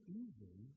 easy